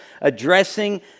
addressing